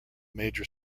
major